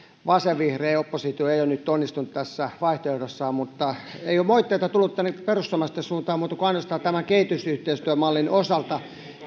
vasenvihreä oppositio ei ole nyt onnistunut tässä vaihtoehdossaan mutta ei ole moitteita tullut tänne perussuomalaisten suuntaan kuin ainoastaan tämän kehitysyhteistyömallin osalta